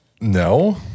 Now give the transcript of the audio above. no